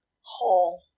Whole